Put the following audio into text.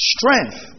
Strength